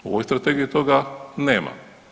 U ovoj Strategiji toga nema.